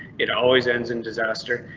it always ends in disaster,